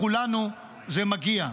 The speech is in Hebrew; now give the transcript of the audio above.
לכולנו זה מגיע.